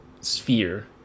sphere